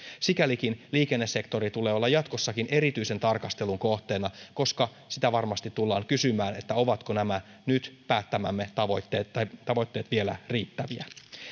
sikälikin liikennesektorin tulee olla jatkossakin erityisen tarkastelun kohteena koska sitä varmasti tullaan kysymään ovatko nämä nyt päättämämme tavoitteet vielä riittäviä